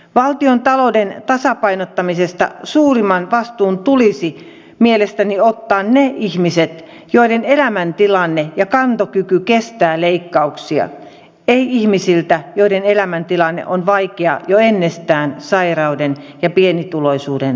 valtiontalouden tasapainottamisesta suurin vastuu tulisi mielestäni ottaa niiden ihmisten joiden elämäntilanne ja kantokyky kestää leikkauksia ei ihmisten joiden elämäntilanne on vaikea jo ennestään sairauden ja pienituloisuuden takia